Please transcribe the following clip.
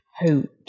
Hoot